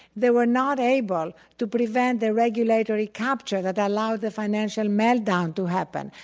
they were not able to prevent the regulator recapture that allowed the financial meltdown to happen.